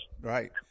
Right